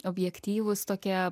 objektyvūs tokie